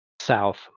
south